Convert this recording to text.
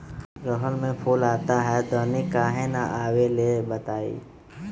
रहर मे फूल आता हैं दने काहे न आबेले बताई?